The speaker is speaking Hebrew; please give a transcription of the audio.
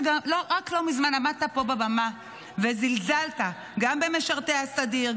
שרק לא מזמן עמדת פה על הבמה וזלזלת גם במשרתי הסדיר,